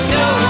no